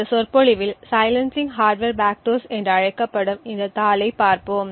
இந்த சொற்பொழிவில் silencing hardware backdoors என்று அழைக்கப்படும் இந்தத் தாளைப் பார்ப்போம்